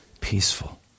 peaceful